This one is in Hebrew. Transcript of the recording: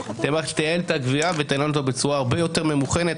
שתייעל את הגבייה ותנהל אותה בצורה הרבה יותר ממוכנת,